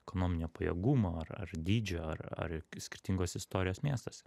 ekonominio pajėgumo ar ar dydžio ar ar skirtingos istorijos miestas